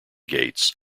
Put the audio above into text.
gates